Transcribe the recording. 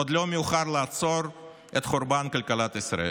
עוד לא מאוחר לעצור את חורבן כלכלת ישראל,